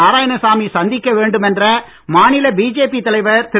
நாராயணசாமி சந்திக்க வேண்டுமென்ற மாநில பிஜேபி தலைவர் திரு